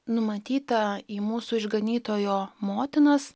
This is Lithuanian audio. numatyta į mūsų išganytojo motinas